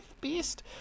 beast